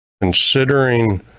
considering